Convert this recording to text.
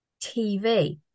TV